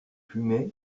fumez